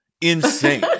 insane